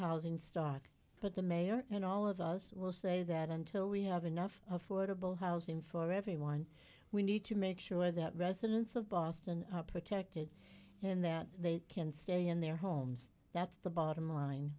housing stock but the mayor and all of us will say that until we have enough affordable housing for everyone we need to make sure that residents of boston are protected and that they can stay in their homes that's the bottom line